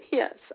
yes